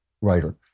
writer